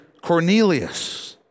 Cornelius